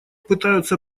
пытаются